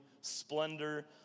splendor